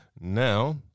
now